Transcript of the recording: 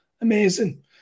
Amazing